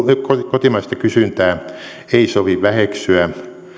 kotimaista kysyntää ei sovi väheksyä